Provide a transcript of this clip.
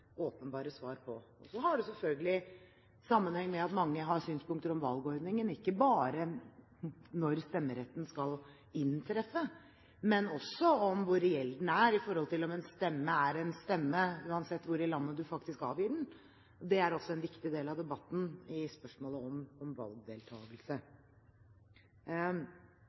åpenbare svar på. Så har det selvfølgelig også sammenheng med at mange har synspunkter på valgordningen – ikke bare på når stemmeretten skal inntreffe, men også hvor reell den er, med tanke på om en stemme er en stemme uansett hvor i landet man faktisk avgir den. Det er også en viktig del av debatten i spørsmålet om valgdeltakelse.